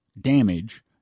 damage